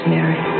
Mary